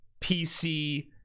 PC